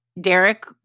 Derek